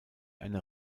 eine